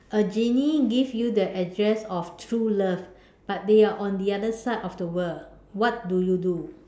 a genie give you the address of true love but they are on the other side of the world what do you do